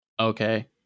Okay